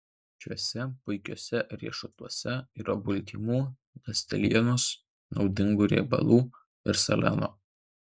šiuose puikiuose riešutuose yra baltymų ląstelienos naudingų riebalų ir seleno